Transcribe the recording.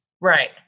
Right